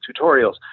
tutorials